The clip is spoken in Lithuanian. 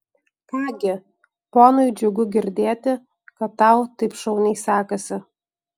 ką gi ponui džiugu girdėti kad tau taip šauniai sekasi